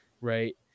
Right